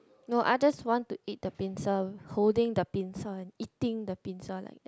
no I just want to eat the pincer holding the pincer eating the pincer like